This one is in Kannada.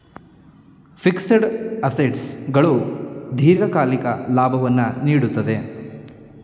ಫಿಕ್ಸಡ್ ಅಸೆಟ್ಸ್ ಗಳು ದೀರ್ಘಕಾಲಿಕ ಲಾಭವನ್ನು ನೀಡುತ್ತದೆ